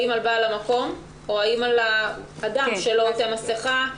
האם על בעל המקום או על האדם שלא עוטה מסכה?